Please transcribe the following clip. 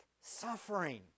suffering